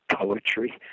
poetry